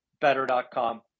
better.com